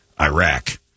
Iraq